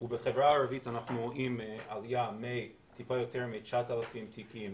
בחברה הערבית אנחנו רואים עלייה מטיפה יותר מ-9,000 תיקים